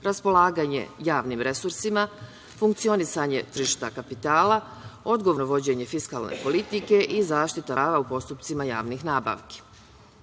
raspolaganje javnih resursima, funkcionisanje tržišta kapitala, odgovorno vođenje fiskalne politike i zaštita prava u postupcima javnih nabavki. Reč